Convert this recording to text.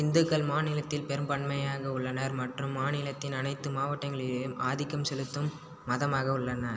இந்துக்கள் மாநிலத்தில் பெரும்பான்மையாக உள்ளனர் மற்றும் மாநிலத்தின் அனைத்து மாவட்டங்களிலும் ஆதிக்கம் செலுத்தும் மதமாக உள்ளன